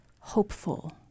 hopeful